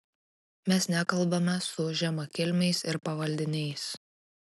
mes nekalbame su žemakilmiais ir pavaldiniais